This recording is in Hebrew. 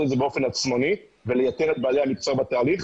את זה באופן עצמוני ולייתר את בעלי המקצוע בתהליך,